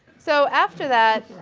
so after that,